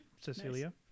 Cecilia